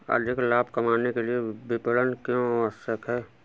अधिक लाभ कमाने के लिए विपणन क्यो आवश्यक है?